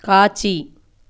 காட்சி